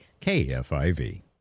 kfiv